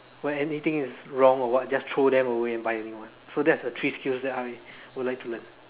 when anything is wrong or what just throw them away and buy a new one so that's the three skills that I would like to learn